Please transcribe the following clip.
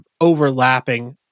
overlapping